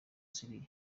syria